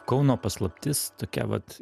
kauno paslaptis tokia vat